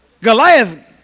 Goliath